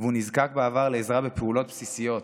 והוא נזקק בעבר לעזרה בפעולות בסיסיות,